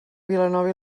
vilanova